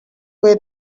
way